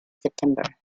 september